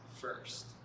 first